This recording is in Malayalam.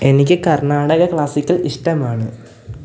എനിക്ക് കർണാടക ക്ലാസിക്കൽ ഇഷ്ടമാണ്